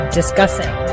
discussing